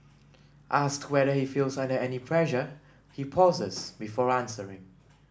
asked whether he feels under any pressure he pauses before answering